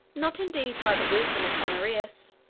not indeed by the wisdom of honorius,